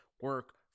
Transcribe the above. Work